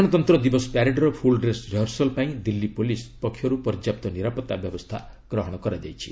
ସାଧାରଣତନ୍ତ୍ର ଦିବସ ପ୍ୟାରେଡ୍ର ଫୁଲ୍ ଡ୍ରେସ୍ ରିହର୍ସଲ୍ ପାଇଁ ଦିଲ୍ଲୀ ପୁଲିସ୍ ପକ୍ଷରୁ ପର୍ଯ୍ୟାପ୍ତ ନିରାପତ୍ତା ବ୍ୟବସ୍ଥା ଗ୍ରହଣ କରାଯାଇଛି